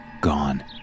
gone